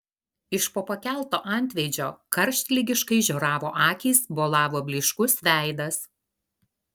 iš po pakelto antveidžio karštligiškai žioravo akys bolavo blyškus veidas